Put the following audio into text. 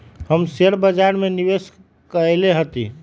हम शेयर बाजार में निवेश कएले हती